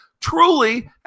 truly